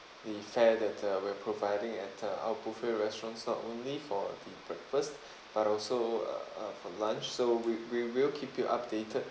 the fair that uh we're providing at uh our buffet restaurants not only for the breakfast but also uh uh for lunch so we we will keep you updated